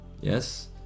yes